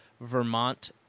Vermont